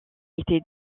été